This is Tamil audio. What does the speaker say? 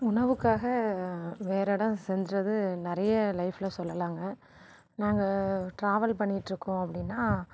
உணவுக்காக வேறு இடோம் சென்றது நிறைய லைஃப்பில் சொல்லலாங்க நாங்கள் ட்ராவல் பண்ணிட்டுருக்கோம் அப்படினா